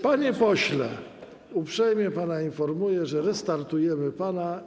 Panie pośle, uprzejmie pana informuję, że restartujemy pana.